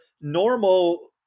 normal